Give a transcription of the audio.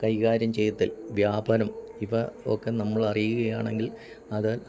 കൈകാര്യം ചെയ്ത്തിൽ വ്യാപനം ഇവ ഒക്കെ നമ്മൾ അറിയുക ആണെങ്കിൽ അത്